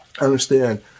understand